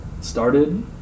Started